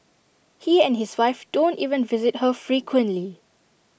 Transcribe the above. he and his wife don't even visit her frequently